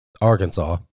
Arkansas